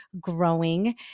growing